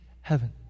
heaven